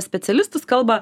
specialistus kalba